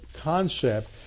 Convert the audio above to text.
concept